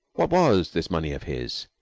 what was this money of his?